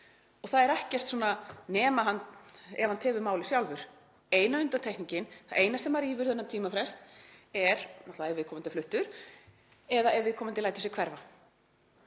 Það er ekkert svona: „nema ef hann tefur málið sjálfur“. Eina undantekningin, það eina sem rýfur þennan tímafrest er náttúrlega ef viðkomandi er fluttur eða ef viðkomandi lætur sig hverfa.